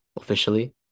officially